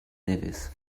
nevis